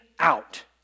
out